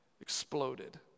exploded